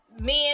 men